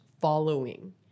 following